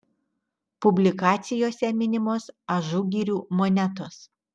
publikacijose minimos ažugirių monetos